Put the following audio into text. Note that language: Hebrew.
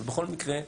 ובכל מקרה,